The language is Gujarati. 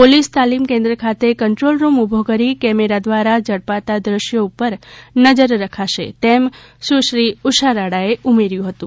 પોલિસ તાલીમ કેન્દ્ર ખાતે કંટ્રોલ રૂમ ઊભો કરી કેમેરા દ્વારા ઝડપાતા દ્રશ્યો ઉપર નજર રાખશે તેમ સુશ્રી ઉષા રાડાએ ઉમેર્યું હતું